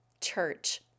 Church